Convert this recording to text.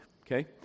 okay